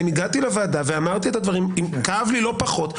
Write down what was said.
הגעתי לוועדה ואמרתי את הדברים וכאב לי לא פחות.